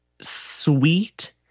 sweet